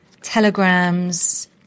Telegrams